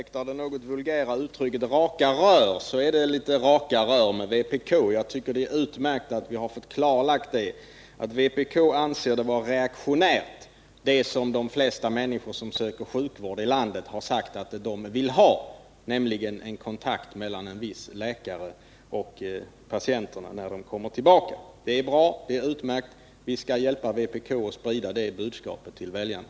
Herr talman! Om kammaren ursäktar det något vulgära uttrycket ”raka rör”, så är det litet ”raka rör” med vpk. Det som de flesta människor som söker sjukvård här i landet har sagt att de vill ha, nämligen kontakten mellan en viss läkare och de patienter som måste komma tillbaka, anser vpk vara reaktionärt. Det är utmärkt att vi har fått det klarlagt, och vi skall hjälpa vpk att sprida det budskapet till väljarna.